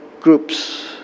groups